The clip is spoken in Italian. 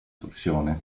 torsione